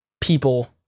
people